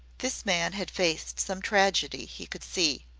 this man had faced some tragedy, he could see.